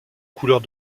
couleurs